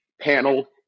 panel